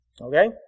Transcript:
Okay